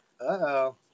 Uh-oh